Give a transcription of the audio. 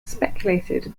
speculated